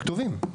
הם כתובים.